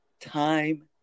time